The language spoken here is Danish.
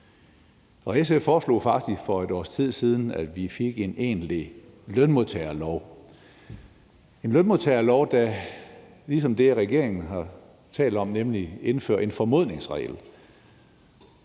SF foreslog faktisk for et års tid siden, at vi fik en egentlig lønmodtagerlov, der, ligesom det, regeringen har talt om, indfører en formodningsregel.